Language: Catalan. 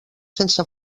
sense